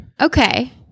Okay